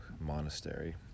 monastery